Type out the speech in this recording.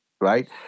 right